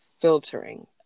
filtering